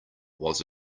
was